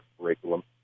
curriculum